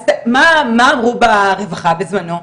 מה אמרו ברווחה בזמנו,